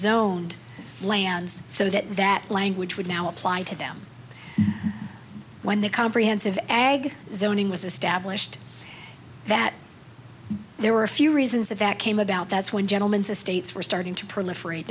own lands so that that language would now apply to them when the comprehensive ag zoning was established that there were a few reasons that that came about that's when gentlemen's estates were starting to proliferate